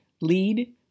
Lead